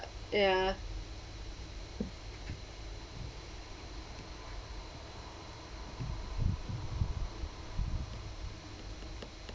ya